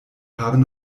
haben